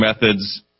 methods